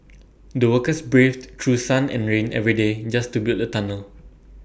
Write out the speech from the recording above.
the workers braved through sun and rain every day just to build the tunnel